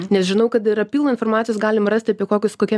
nes žinau kad yra pilna informacijos galim rasti apie kokius kokie